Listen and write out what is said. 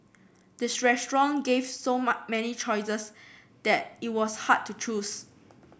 the restaurant gave so many choices that it was hard to choose